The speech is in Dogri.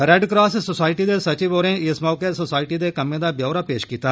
रेड क्रास सोसाईटी दे सचिव होरें इस मौके सोसाईटी दे कम्में दा ब्यौरा पेश कीता